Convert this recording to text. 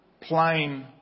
plain